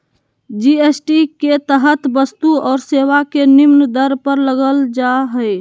GST के तहत वस्तु और सेवा के निम्न दर पर लगल जा हइ